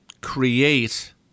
create